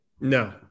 No